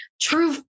true